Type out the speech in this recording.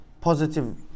positive